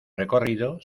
recorrido